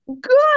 good